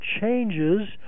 changes